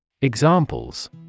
Examples